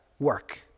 work